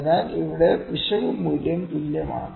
അതിനാൽ ഇവിടെ പിശക് മൂല്യം തുല്യമാണ്